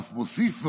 הוא אף מוסיף ואומר: